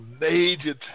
major